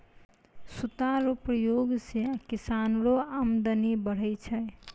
सूता रो प्रयोग से किसानो रो अमदनी बढ़ै छै